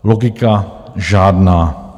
Logika žádná.